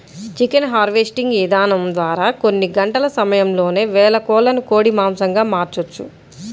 chicken harvesting ఇదానం ద్వారా కొన్ని గంటల సమయంలోనే వేల కోళ్ళను కోసి మాంసంగా మార్చొచ్చు